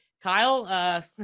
Kyle